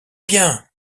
bien